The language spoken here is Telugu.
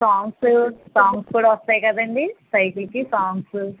సాంగ్సు సాంగ్స్ కూడా వస్తాయి కదండి సైకిల్ కి సాంగ్సు